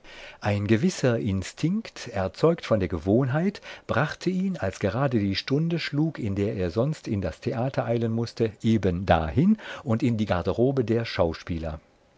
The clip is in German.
ein gewisser instinkt erzeugt von der gewohnheit brachte ihn als gerade die stunde schlug in der er sonst in das theater eilen mußte eben dahin und in die garderobe der schauspieler